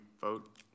vote